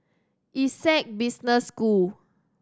Essec Business School